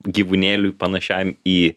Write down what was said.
gyvūnėliui panašiam į